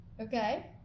Okay